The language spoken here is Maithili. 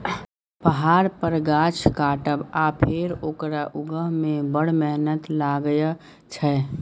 पहाड़ पर गाछ काटब आ फेर ओकरा उगहय मे बड़ मेहनत लागय छै